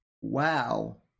wow